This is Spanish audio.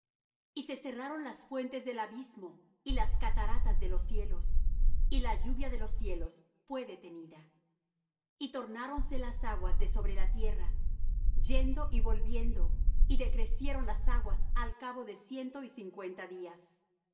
y se cerraron las fuentes del abismo y las cataratas de los cielos y la lluvia de los cielos fué detenida y tornáronse las aguas de sobre la tierra yendo y volviendo y decrecieron las aguas al cabo de ciento y cincuenta días